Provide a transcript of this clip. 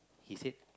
he said